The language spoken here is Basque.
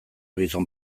gizon